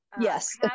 Yes